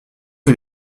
que